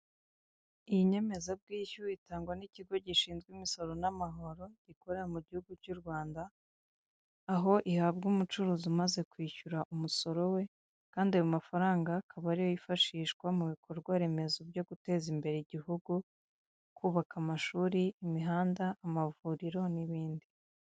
Iyi nyemezabwishyu itangwa n'ikigo gishinzwe imisoro n'amahoro gikorera mu gihugu cy'u Rwanda, aho ihabwa umucuruzi umaze kwishyura umusoro we kandi ayo mafaranga akaba ariyo yifashishwa mu bikorwa remezo byo guteza imbere igihugu, kubaka amashuri, imihanda, amavuriro n'ibindi.